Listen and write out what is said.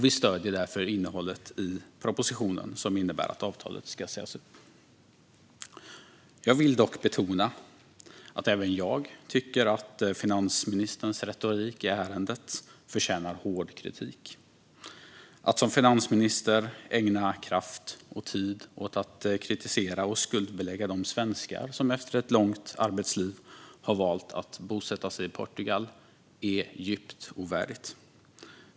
Vi stöder därför innehållet i propositionen, som innebär att avtalet ska sägas upp. Jag vill dock betona att även jag tycker att finansministerns retorik i ärendet förtjänar hård kritik. Att som finansminister ägna kraft och tid åt att kritisera och skuldbelägga de svenskar som efter ett långt arbetsliv har valt att bosätta sig i Portugal är djupt ovärdigt.